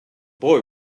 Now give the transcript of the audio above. boy